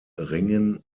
ringen